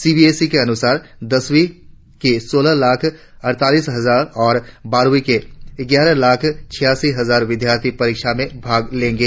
सी B S E के अनुसार दसवीं के सोलह लाख अड़तीस हजार और बारहवीं के ग्यारह लाख छियासी हजार विद्यार्थी परीक्षा में भाग लेंगे